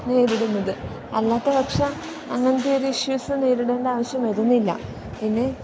നേരിടുന്നത് അല്ലാത്ത പക്ഷം അങ്ങനത്തെ ഒരു ഇഷ്യൂസ് നേരിടേണ്ട ആവശ്യം വരുന്നില്ല പിന്നെ